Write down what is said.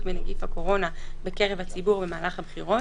בנגיף הקורונה בקרב הציבור במהלך הבחירות,